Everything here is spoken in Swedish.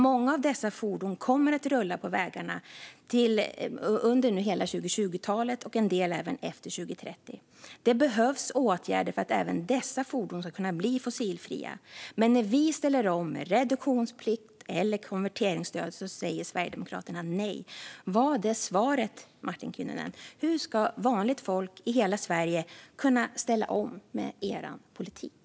Många av dessa fordon kommer att rulla på vägarna under hela 2020-talet och en del även efter 2030. Det behövs åtgärder för att även dessa fordon ska kunna bli fossilfria. Men när vi ställer om reduktionsplikt eller konverteringsstöd säger Sverigedemokraterna nej. Vad är svaret, Martin Kinnunen? Hur ska vanligt folk i hela Sverige kunna ställa om med er politik?